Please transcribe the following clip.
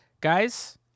Guys